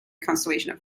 constellation